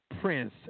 Prince